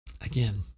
again